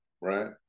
right